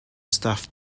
stuff